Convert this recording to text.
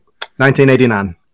1989